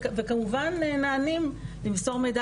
וכמובן נענים למסור מידע,